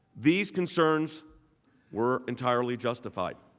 these concerns were entirely justified.